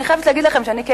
אני חייבת להגיד לכם שאני,